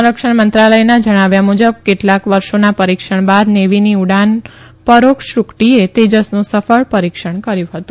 સંરક્ષણ મંત્રાલયના જણાવ્યા મુજબ કેટલાંક વર્ષોના પરીક્ષણ બાદ નેવીની ઉડાન પરોક્ષ ટુકડીએ તેજસનું સફળ પરીક્ષણ કર્યું હતું